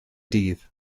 dydd